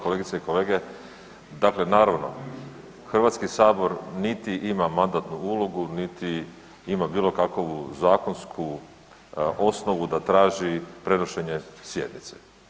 Kolegice i kolege, dakle naravno Hrvatski sabor niti ima mandatnu ulogu, niti ima bilo kakvu zakonsku osnovu da traži prenošenje sjednice.